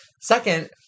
Second